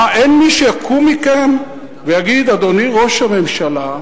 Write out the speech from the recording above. אין מי שיקום מכם ויגיד: אדוני ראש הממשלה,